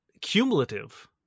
cumulative